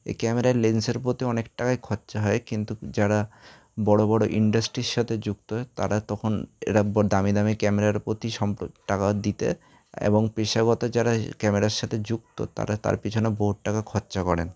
এই ক্যামেরায় লেন্সের প্রতি অনেক টাকাই খরচা হয় কিন্তু যারা বড় বড় ইন্ডাস্ট্রির সাথে যুক্ত তারা তখন এরা ব দামি দামি ক্যামেরার প্রতি সম্প্র টাকা দিতে এবং পেশাগত যারা ক্যামেরার সাথে যুক্ত তারা তার পিছনে বহুত টাকা খরচা করেন